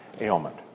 ailment